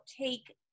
take